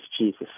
Jesus